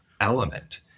element